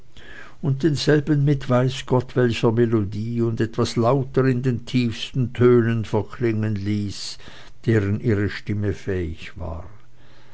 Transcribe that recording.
und denselben mit weiß gott welcher melodie und etwas lauter in den tiefsten tönen verklingen ließ deren ihre stimme fähig war